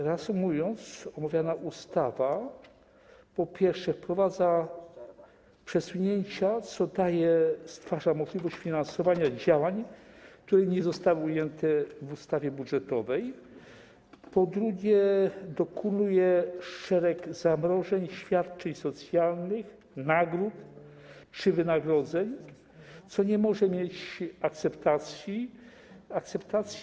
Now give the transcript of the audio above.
Reasumując, omawiana ustawa, po pierwsze, wprowadza przesunięcia, co stwarza możliwość finansowania działań, które nie zostały ujęte w ustawie budżetowej, po drugie, dokonuje szeregu zamrożeń świadczeń socjalnych, nagród czy wynagrodzeń, co nie może zyskać akceptacji.